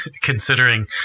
considering